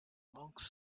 amongst